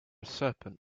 serpent